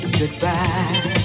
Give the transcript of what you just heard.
goodbye